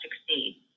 succeed